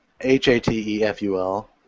H-A-T-E-F-U-L